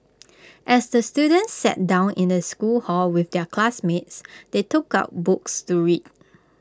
as the students sat down in the school hall with their classmates they took out books to read